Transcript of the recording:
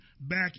back